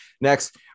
Next